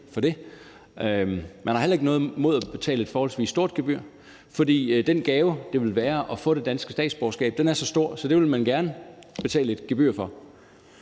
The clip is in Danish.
Man har heller ikke noget imod at betale et forholdsvis stort gebyr. For den gave, det ville være at få det danske statsborgerskab, er så stor, at det vil man gerne betale et gebyr for.